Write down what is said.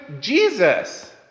Jesus